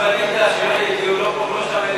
מאחר שאני יודע שלא יהיה דיון לא פה ולא שם,